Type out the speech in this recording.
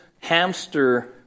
hamster